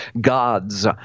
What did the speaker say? Gods